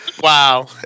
Wow